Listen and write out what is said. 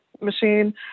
machine